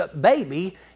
baby